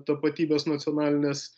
tapatybės nacionalinės